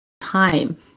time